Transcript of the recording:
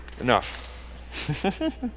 Enough